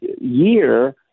year